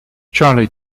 charlie